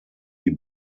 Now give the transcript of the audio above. die